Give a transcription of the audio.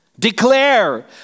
Declare